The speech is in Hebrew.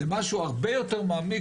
זה משהו יותר מעמיק,